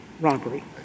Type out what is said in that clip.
robbery